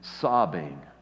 sobbing